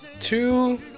two